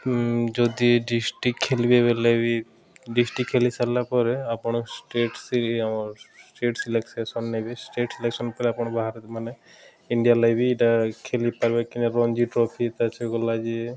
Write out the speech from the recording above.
ଯଦି ଡିଷ୍ଟ୍ରିକ୍ଟ୍ ଖେଲ୍ବେ ବେଲେ ବି ଡିଷ୍ଟ୍ରିକ୍ଟ୍ ଖେଲି ସାର୍ଲା ପରେ ଆପଣ୍ ଷ୍ଟେଟ୍ ଥି ଆମର୍ ଷ୍ଟେଟ୍ ସିଲେକ୍ସେସନ୍ ନେବେ ଷ୍ଟେଟ୍ ସିଲେକ୍ସନ୍ ପରେ ଆପଣ ବାହାରେ ମାନେ ଇଣ୍ଡିଆ ଲାଗି ବି ଇଟା ଖେଲିପାର୍ବେ କି ରଣଜୀ ଟ୍ରଫି ତାକୁ ଗଲା ଯିଏ